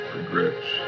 Regrets